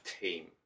team